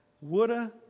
Woulda